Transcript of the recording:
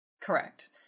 Correct